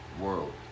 world